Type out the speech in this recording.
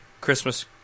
Christmas